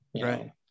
Right